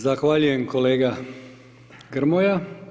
Zahvaljujem kolega Grmoja.